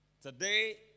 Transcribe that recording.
Today